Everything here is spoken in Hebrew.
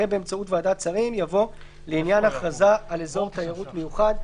אחרי "באמצעות ועדת שרים" יבוא "לעניין הכרזה על אזור תיירות מיוחד".